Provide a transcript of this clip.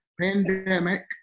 pandemic